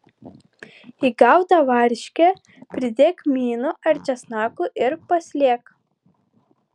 į gautą varškę pridėk kmynų ar česnakų ir paslėk